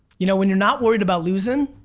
you know when you're not worried about losing,